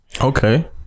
Okay